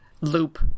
loop